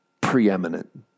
preeminent